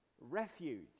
refuge